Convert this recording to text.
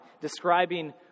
describing